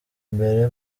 mbere